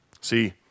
See